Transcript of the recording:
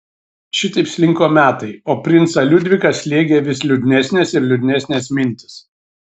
šitaip slinko metai o princą liudviką slėgė vis liūdnesnės ir liūdnesnės mintys